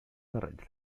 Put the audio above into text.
terrenys